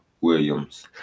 Williams